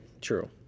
true